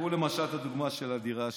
קחו למשל את הדוגמה של הדירה השלישית,